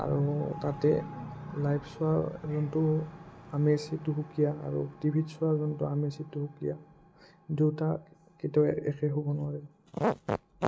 আৰু তাতে লাইভ চোৱা যোনটো আমেজ সেইটো সুকীয়া আৰু টি ভিত চোৱাৰ যোনটো আমেজ সেইটোও সুকীয়া দুয়োটা কেতিয়াও একে হ'ব নোৱাৰে